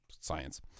science